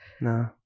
No